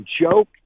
joke